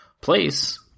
place